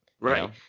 right